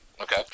Okay